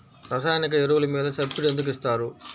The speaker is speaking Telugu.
రసాయన ఎరువులు మీద సబ్సిడీ ఎందుకు ఇస్తారు?